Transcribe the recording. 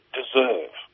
deserve